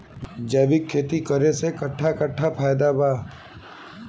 जैविक खेती करे से कट्ठा कट्ठा फायदा बा?